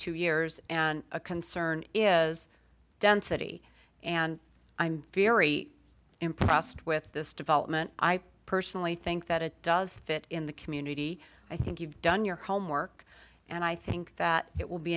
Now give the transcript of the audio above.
two years and a concern is density and i'm very impressed with this development i personally think that it does fit in the community i think you've done your homework and i think that it will be